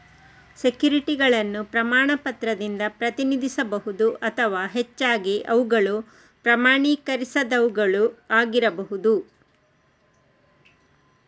ಸೆಕ್ಯುರಿಟಿಗಳನ್ನು ಪ್ರಮಾಣ ಪತ್ರದಿಂದ ಪ್ರತಿನಿಧಿಸಬಹುದು ಅಥವಾ ಹೆಚ್ಚಾಗಿ ಅವುಗಳು ಪ್ರಮಾಣೀಕರಿಸದವುಗಳು ಆಗಿರಬಹುದು